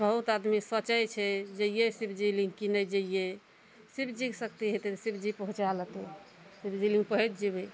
बहुत आदमी सोचय छै जैयै शिवजी लिंग कीनय जइयइ शिवजीके शक्ति हेतय तऽ शिवजी पहुँचा लेतै शिवजी लिंग पहुँच जेबय